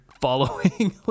following